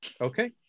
Okay